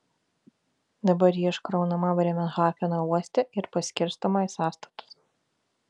dabar ji iškraunama brėmerhafeno uoste ir paskirstoma į sąstatus